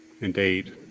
indeed